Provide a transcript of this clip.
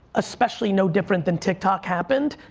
especially no different than tiktok happened.